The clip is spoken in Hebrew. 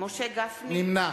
נמנע